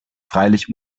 freilich